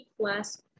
plus